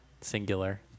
singular